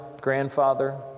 grandfather